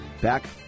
Back